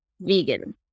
vegan